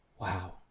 Wow